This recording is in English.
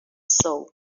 soul